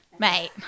Mate